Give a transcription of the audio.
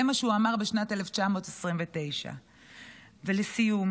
זה מה שהוא אמר בשנת 1929. ולסיום,